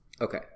okay